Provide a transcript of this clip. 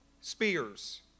spears